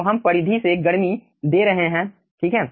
तो हम परिधि से गर्मी दे रहे हैं ठीक है